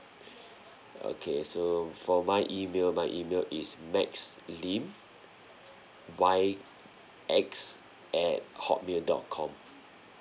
okay so for my email my email is max lim Y X at hotmail dot com